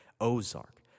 Ozark